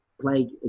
play